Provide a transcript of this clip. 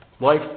Life